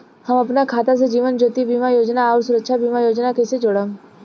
हम अपना खाता से जीवन ज्योति बीमा योजना आउर सुरक्षा बीमा योजना के कैसे जोड़म?